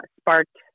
sparked